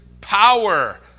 power